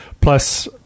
Plus